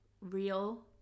real